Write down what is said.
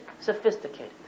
sophisticated